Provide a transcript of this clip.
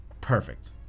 perfect